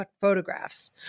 photographs